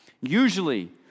Usually